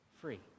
free